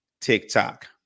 TikTok